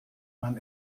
man